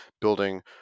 building